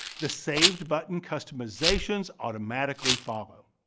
the saved button customizations automatically follow.